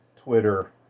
Twitter